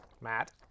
Matt